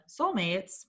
soulmates